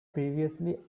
previously